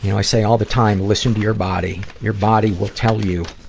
you know i say all the time, listen to your body. your body will tell you,